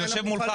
הוא יושב מולך.